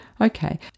Okay